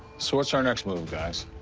so, what's our next move, guys?